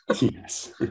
yes